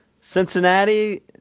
Cincinnati